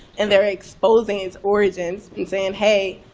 and they're exposing its origins and saying, hey,